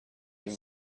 این